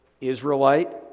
Israelite